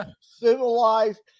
civilized